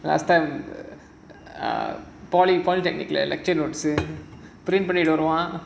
last time ah poly polytechnic lecture notes